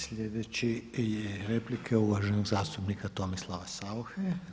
Sljedeći je replika uvaženog zastupnika Tomislava Sauche.